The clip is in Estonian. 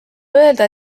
öelda